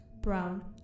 Brown